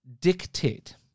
dictate